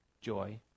joy